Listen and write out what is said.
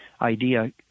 idea –